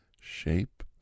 shape